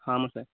ஆமாம் சார்